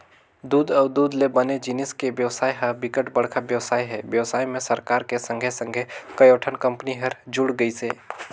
दूद अउ दूद ले बने जिनिस के बेवसाय ह बिकट बड़का बेवसाय हे, बेवसाय में सरकार के संघे संघे कयोठन कंपनी हर जुड़ गइसे